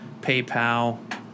paypal